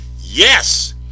Yes